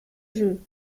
jeu